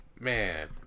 Man